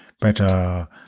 better